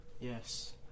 Yes